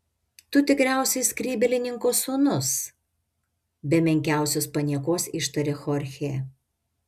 tu tikriausiai skrybėlininko sūnus be menkiausios paniekos ištarė chorchė